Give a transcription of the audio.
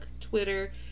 Twitter